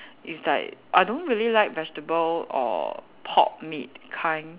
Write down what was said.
it's like I don't really like vegetable or pork meat kind